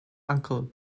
uncle